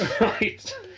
right